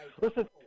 Listen